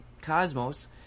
cosmos